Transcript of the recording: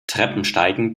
treppensteigen